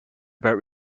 about